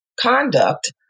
conduct